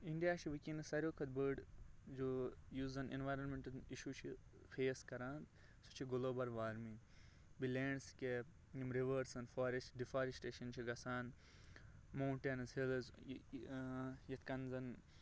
India چھُ وِنکیٚنس ساروٕے کھۄتہٕ بٔڑ جو یُس زَن ایٚنورامینٹل ایشوٗ چھِ فیس کران سُہ چھُ گُلوبل وارمنٛگ بیٚیہِ لینڑسِکیپ یِم رِوٲرسن فارسٹہٕ ڈِفارسٹریشن چھِ گژھان موٹینٕز ہِلِٕز یتھ کٔنۍ زَن